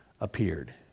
appeared